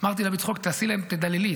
ואמרתי לה בצחוק: תדללי,